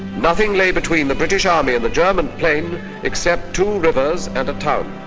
nothing lay between the british army and the german plain except two rivers and a town.